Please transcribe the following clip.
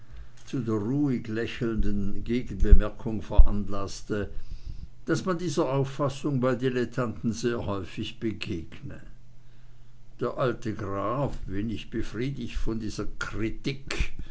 der ruhig lächelnden gegenbemerkung veranlaßte daß man dieser auffassung bei dilettanten sehr häufig begegne der alte graf wenig befriedigt von dieser krittikk